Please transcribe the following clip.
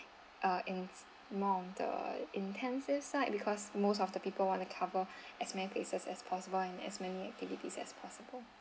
uh in among the intensive side because most of the people wanna the cover as many places as possible and as many activities as possible